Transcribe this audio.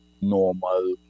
normal